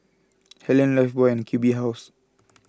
Helen Lifebuoy and Q B House